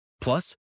Plus